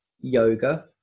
yoga